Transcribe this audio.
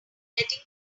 getting